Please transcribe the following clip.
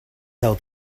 sell